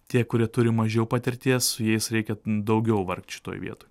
tie kurie turi mažiau patirties su jais reikia daugiau vargt šitoj vietoj